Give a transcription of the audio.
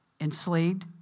Enslaved